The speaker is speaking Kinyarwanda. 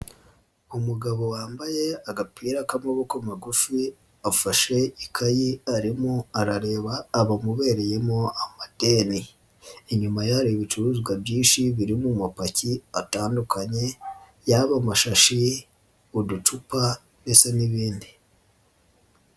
Umugabo wambaye agapira k'amaboko magufi afashe ikayi arimo arareba abamubereyemo amadeni, inyuma ye hari ibicuruzwa byinshi biri mu mapaki atandukanye yaba amashashi, uducupa ndetse n'ibindi.